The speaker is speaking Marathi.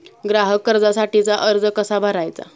ग्राहक कर्जासाठीचा अर्ज कसा भरायचा?